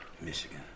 Michigan